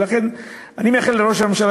ולכן אני מאחל לראש הממשלה,